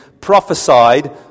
prophesied